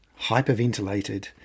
hyperventilated